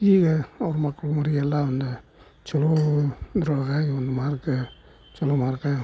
ಈಗ ಅವ್ರ ಮಕ್ಕಳು ಮರಿಯೆಲ್ಲ ಒಂದು ಚಲೋ ಇದರೊಳಗಾಗಿ ಒಂದು ಮಾರ್ಗ ಚಲೋ ಮಾರ್ಗ